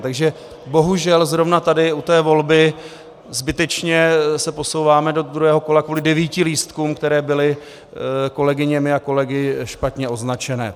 Takže bohužel zrovna tady u té volby zbytečně se posouváme do druhého kola kvůli devíti lístkům, které byly kolegyněmi a kolegy špatně označené.